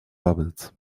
bubbles